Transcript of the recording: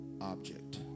object